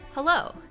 Hello